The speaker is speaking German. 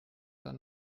dann